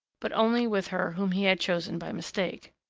but only with her whom he had chosen by mistake.